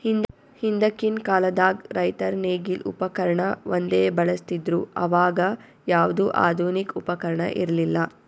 ಹಿಂದಕ್ಕಿನ್ ಕಾಲದಾಗ್ ರೈತರ್ ನೇಗಿಲ್ ಉಪಕರ್ಣ ಒಂದೇ ಬಳಸ್ತಿದ್ರು ಅವಾಗ ಯಾವ್ದು ಆಧುನಿಕ್ ಉಪಕರ್ಣ ಇರ್ಲಿಲ್ಲಾ